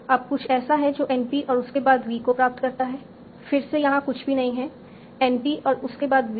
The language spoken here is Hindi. अब कुछ ऐसा है जो NP और उसके बाद V को प्राप्त करता है फिर से यहाँ कुछ भी नहीं है NP और उसके बाद V